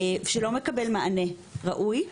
והוא לא מקבל מענה ראוי.